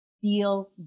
feel